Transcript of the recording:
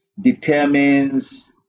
determines